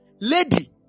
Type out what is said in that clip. Lady